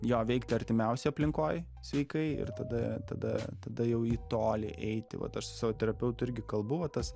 jo veikti artimiausią aplinkoj sveikai ir tada tada tada jau į toli eiti vat aš savo terapeutu irgi kalbu va tas